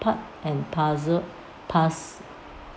part and parcel